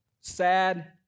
sad